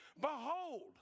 Behold